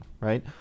Right